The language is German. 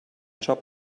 job